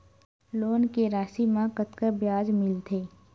Loan के राशि मा कतका ब्याज मिलथे?